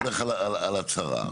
על הצהרה.